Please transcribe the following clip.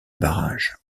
barrage